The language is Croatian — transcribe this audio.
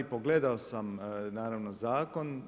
Pogledao sam naravno zakon.